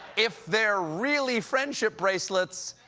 if they're really friendship bracelets,